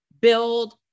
build